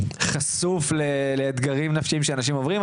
וחשוף לאתגרים נפשיים שאנשים עוברים,